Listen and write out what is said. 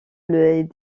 les